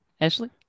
Ashley